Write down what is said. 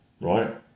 right